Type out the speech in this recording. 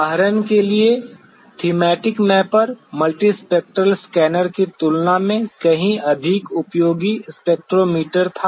उदाहरण के लिए थीमैटिक मैपर मल्टीस्पेक्ट्रल स्कैनर की तुलना में कहीं अधिक उपयोगी स्पेक्ट्रोमीटर था